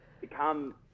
become